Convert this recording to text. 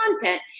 content